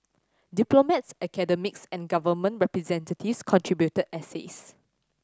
diplomats academics and government representatives contributed essays